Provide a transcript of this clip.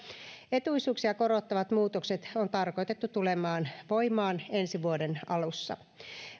etuisuuksia korottavat muutokset on tarkoitettu tulemaan voimaan ensi vuoden alussa